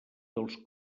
dels